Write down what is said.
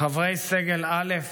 חברי סגל א',